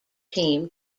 team